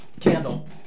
candle